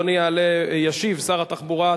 ישיב שר התחבורה,